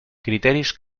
criteris